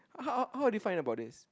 how how did you find about this